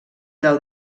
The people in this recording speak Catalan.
del